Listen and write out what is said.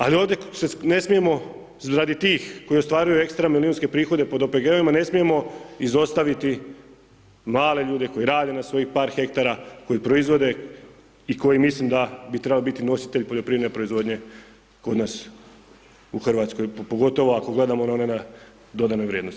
Ali ovdje ne smijemo radi tih koji ostvaruju ekstra milijunske prihode pod OPG-ovima ne smijemo izostaviti male ljude koji rade na svojih par hektara, koji proizvode i koji mislim da bi trebalo biti nositelj poljoprivredne proizvodnje kod nas u Hrvatskoj pogotovo ako gledamo na one na dodanoj vrijednosti.